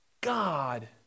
God